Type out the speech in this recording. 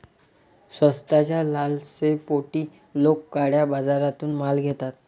स्वस्ताच्या लालसेपोटी लोक काळ्या बाजारातून माल घेतात